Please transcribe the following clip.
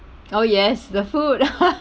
oh yes the food